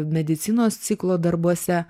medicinos ciklo darbuose